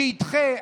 שידחה,